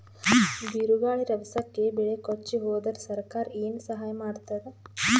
ಬಿರುಗಾಳಿ ರಭಸಕ್ಕೆ ಬೆಳೆ ಕೊಚ್ಚಿಹೋದರ ಸರಕಾರ ಏನು ಸಹಾಯ ಮಾಡತ್ತದ?